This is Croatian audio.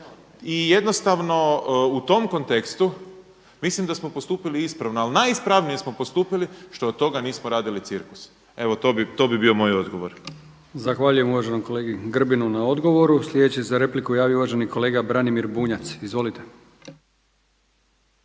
I jednostavno u tom kontekstu mislim da smo postupili ispravno, ali najispravnije smo postupili što od toga nismo radili cirkus. Evo to bi bio moj odgovor. **Brkić, Milijan (HDZ)** Zahvaljujem uvaženom kolegi Grbinu na odgovoru. Sljedeći se za repliku javio uvaženi kolega Branimir Bunjac. Izvolite.